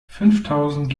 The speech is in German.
fünftausend